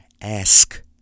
ask